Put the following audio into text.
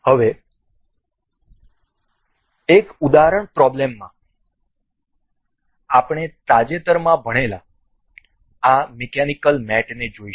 હવે એક ઉદાહરણ પ્રોબ્લેમમાં આપણે તાજેતરમાં ભણેલા આ મિકેનિકલ મેટને જોઈશું